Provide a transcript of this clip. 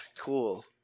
Cool